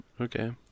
Okay